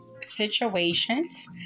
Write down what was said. situations